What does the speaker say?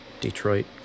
Detroit